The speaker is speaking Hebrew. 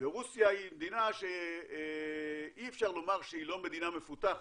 רוסיה היא מדינה שאי אפשר לומר שהיא לא מדינה מפותחת.